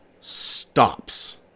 stops